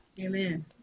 Amen